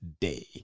day